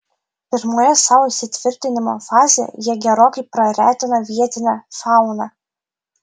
pirmoje savo įsitvirtinimo fazėje jie gerokai praretina vietinę fauną